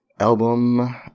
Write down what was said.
album